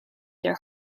their